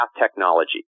technology